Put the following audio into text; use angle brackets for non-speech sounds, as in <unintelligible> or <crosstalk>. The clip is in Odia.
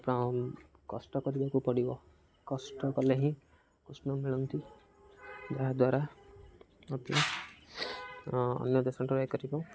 କଷ୍ଟ କରିବାକୁ ପଡ଼ିବ କଷ୍ଟ କଲେ ହିଁ କୃଷ୍ଣ ମିଳନ୍ତି ଯାହାଦ୍ୱାରା <unintelligible> ଅନ୍ୟ ଦେଶ <unintelligible> କରିବ